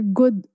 good